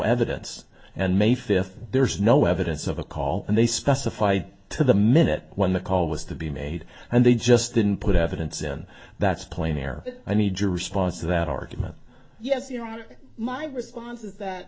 evidence and may fifth there's no evidence of a call and they specified to the minute when the call was to be made and they just didn't put evidence in that's plain air i need your response to that argument yes you know my response is that